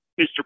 Mr